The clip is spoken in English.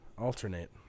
alternate